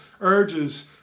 urges